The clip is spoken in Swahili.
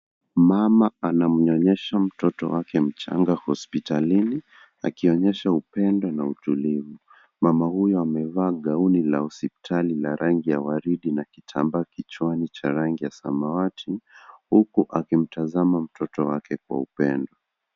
Mama anamnyonyesha mtoto wake mchanga hospitalini akionyesha upendo na utulivu. Mama huyu amevaa gauni la hospitali la rangi ya waridi na kitambaa kichwani cha rangi ya samawati huku akimtazama mtoto wake kwa upendo.